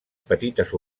petites